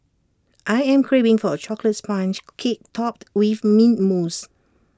I am craving for A Chocolate Sponge Cake Topped with Mint Mousse